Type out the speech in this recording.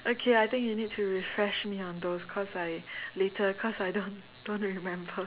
okay I think you need to refresh me on those cause I later cause I don't don't remember